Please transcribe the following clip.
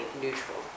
neutral